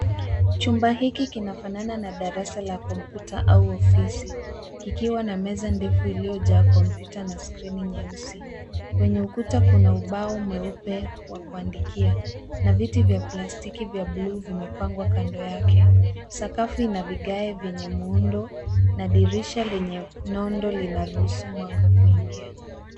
Chumba hiki kinafanana na darasa la kompyuta au ofisi, kikiwa na meza ndefu iliyojaa kompyuta na skrini nyeusi. Kwenye ukuta kuna ubao mweupe wa kuandikia, na viti vya plastiki vya bluu vimepangwa kando yake. Sakafu ina vigae vyenye muundo, na dirisha lenye nondo linaruhusu mwanga kuingia.